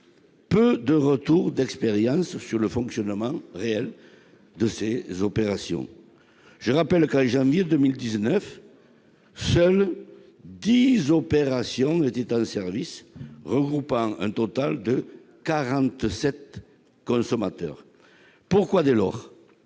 peu de retours d'expérience sur le fonctionnement réel de ces opérations ? Je rappelle qu'en janvier 2019 seules 10 opérations étaient en service, regroupant un total de 47 consommateurs. Dès lors,